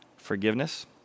Forgiveness